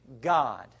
God